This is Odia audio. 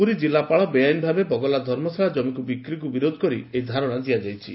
ପୁରୀ କିଲ୍ଲାପାଳ ବେଆଇନଭାବେ ବଗଲା ଧର୍ମଶାଳା ଜମିକୁ ବିକ୍ରିକୁ ବିରୋଧ କରି ଏହି ଧାରଣା ଦିଆଯାଇଛି